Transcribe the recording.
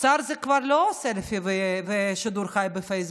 שר כבר לא עושה שידור חי בפייסבוק.